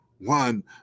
one